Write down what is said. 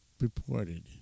Reported